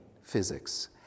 Physics